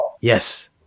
Yes